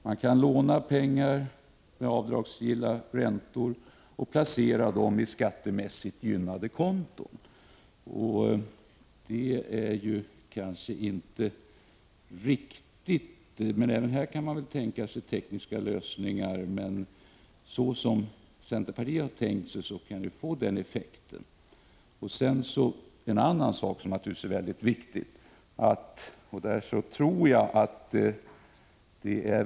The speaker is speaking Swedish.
Man kan låna pengar, med avdragsgilla räntor, och placera dem på skattemässigt gynnade konton — med den konstruktion som centerpartiet har tänkt sig kan man ju få den effekten, vilket inte är bra. Men även här kan det finnas tekniska lösningar. En annan sak, som naturligtvis är väldigt viktig, är att ett genomförande av förslaget kostar statsmakterna mycket pengar.